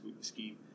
scheme